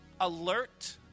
alert